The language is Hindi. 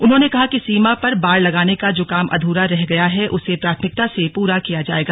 उन्होंने कहा कि सीमा पर बाड़ लगाने का जो काम अध्रा रह गया है उसे प्राथमिकता से पूरा किया जाएगा